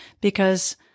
Because-